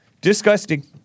Disgusting